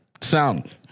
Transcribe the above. sound